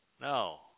No